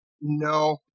No